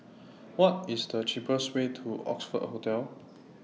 What IS The cheapest Way to Oxford Hotel